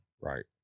right